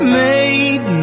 made